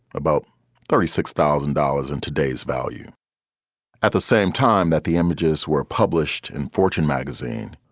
about thirty six thousand dollars in today's value at the same time that the images were published in fortune magazine.